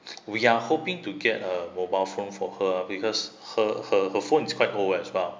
we are hoping to get a mobile phone for her because her her her phone is quite old as well